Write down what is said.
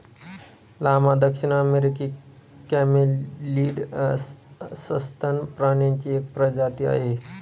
llama दक्षिण अमेरिकी camelid सस्तन प्राण्यांची एक प्रजाती आहे